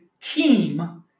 team